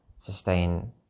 sustain